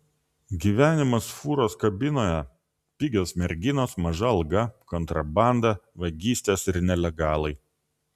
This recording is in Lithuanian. gyvenimas fūros kabinoje pigios merginos maža alga kontrabanda vagystės ir nelegalai